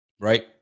right